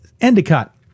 Endicott